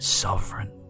sovereign